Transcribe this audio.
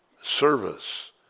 service